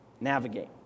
navigate